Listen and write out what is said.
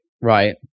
Right